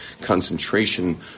concentration